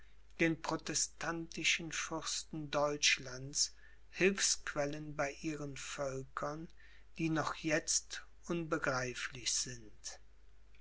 den protestantischen fürsten deutschlands hilfsquellen bei ihren völkern die noch jetzt unbegreiflich sind